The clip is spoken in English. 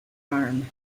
arm